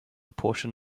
portion